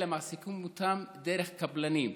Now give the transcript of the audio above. אלא מעסיקים אותן דרך קבלנים,